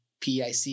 PIC